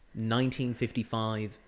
1955